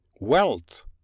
Wealth